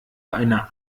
einer